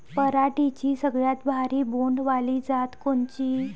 पराटीची सगळ्यात भारी बोंड वाली जात कोनची?